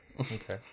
Okay